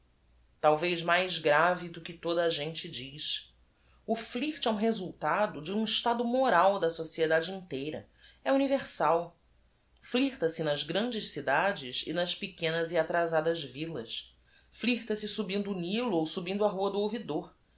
alvez mais grave do que toda a gente d i z f l i r t é o resultado de u m estado moríl da sociedade i n teira é universal íirta se nas grandes cidade e nas pequenas e mais atrazadas v i l as flirta se sub i n d o